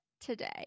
today